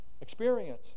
experience